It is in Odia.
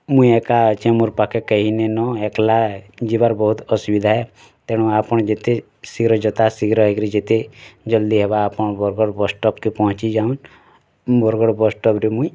ମୁଇଁ ଏକା ଅଛି ମୋର ପାଖେ କେହି ନେଇଁ ନ ଏକଲା ଏ ଯିବାର୍ ବହୁତ୍ ଅସୁବିଧା ଏ ତେଣୁ ଆପଣ ଯେତେ ଶୀଘ୍ର ଯଥା ଶୀଘ୍ର ହେଇକିରି ଯେତେ ଜଲ୍ଦି ହେବା ଆପଣ ବରଗଡ଼୍ ବସ୍ ଷ୍ଟପ୍କେ ପହଞ୍ଚି ଯାଉନ୍ ବରଗଡ଼୍ ବସ୍ ଷ୍ଟପ୍ରେ ମୁଇଁ